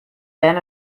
then